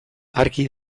argi